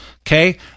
Okay